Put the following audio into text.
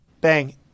Bang